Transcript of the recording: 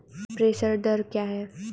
प्रेषण दर क्या है?